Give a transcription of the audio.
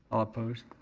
all opposed?